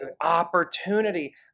opportunity